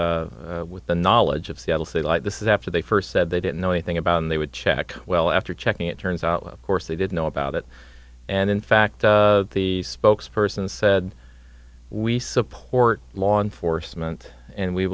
with with the knowledge of seattle say like this is after they first said they didn't know anything about and they would check well after checking it turns out of course they did know about it and in fact the spokesperson said we support law enforcement and we